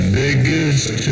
biggest